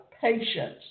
patience